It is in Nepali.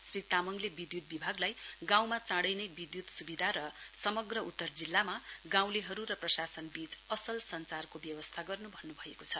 श्री तामाङले विधुत विभागलाई गाँउमा चाँडै नै विधुत सुविधा र समग्र उत्तर जिल्लामा गाँउलेहरु र प्रशासन बीच असल सँचारको व्यवस्था गर्न भन्नुभएको छ